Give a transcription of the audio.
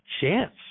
chance